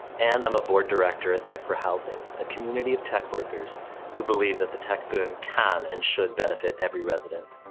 and i'm a board director at tech four housing, a community of tech workers who believe that the tech boom can and should benefit every resident.